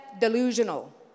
delusional